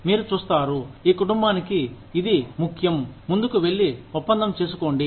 మీరు చూస్తారు ఈ కుటుంబానికి ఇది ఇది ముఖ్యం ముందుకు వెళ్లి ఒప్పందం చేసుకోండి